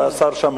את זה השר שמע.